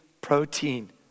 protein